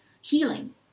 healing